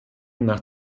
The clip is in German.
nach